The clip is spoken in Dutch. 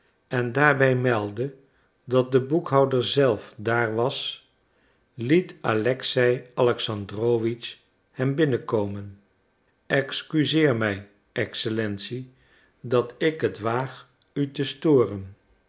en daarbij meldde dat de boekhouder zelf daar was liet alexei alexandrowitsch hem binnen komen excuseer mij excellentie dat ik het waag u te storen